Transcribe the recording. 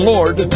Lord